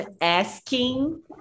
asking